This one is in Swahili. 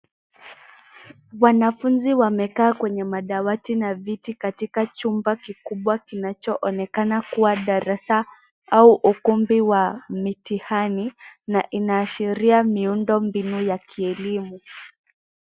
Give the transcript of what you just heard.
Wanafunzi wamekaa kwenye madawati na viti katika chumba kikubwa kinachoonekana kuwa darasa au ukumbi wa mitihani na inaashiria miundo mbinu ya kielimu.